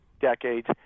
decades